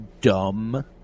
dumb